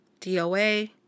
DOA